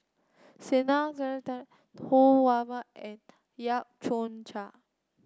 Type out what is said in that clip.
Ho Wan Ma and Yap Chong Chuan